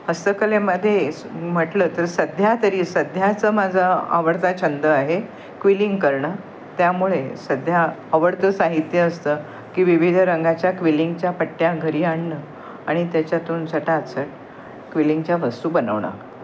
हस्तकलेमध्ये म्हटलं तर सध्या तरी सध्याचं माझा आवडता छंद आहे क्विलिंग करणं त्यामुळे सध्या आवडतं साहित्य असतं की विविध रंगाच्या क्विलिंगच्या पट्ट्या घरी आणणं आणि त्याच्यातून सटासट क्विलिंगच्या वस्तू बनवणं